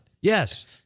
Yes